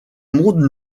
monde